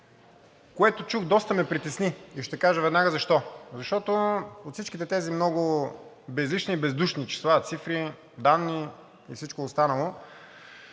което чух, доста ме притесни. И ще кажа веднага защо. Защото от всичките тези много безлични и бездушни числа, цифри, данни и всичко останало